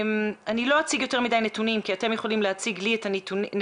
אני לא אציג יותר מדי נתונים כי אתם יכולים להציג לי את הנתונים.